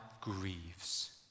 grieves